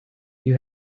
you